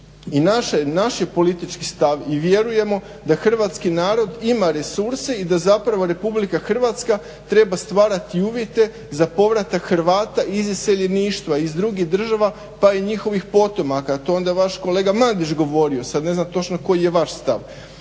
i naš je politički stav i vjerujemo da Hrvatski narod ima resurse i da zapravo RH treba stvarati uvjete za povratak Hrvata iz iseljeništva i iz drugih država pa i njihovih potomaka, to je onda vaš kolega Mandić govorio, sad ne znam koji je vaš stav.